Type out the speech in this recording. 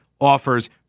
offers